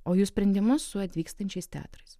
o jų sprendimus su atvykstančiais teatrais